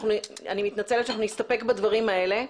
אני מתנצלת שאנחנו נסתפק בדברים האלה.